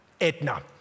Edna